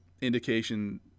indication